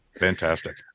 fantastic